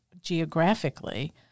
geographically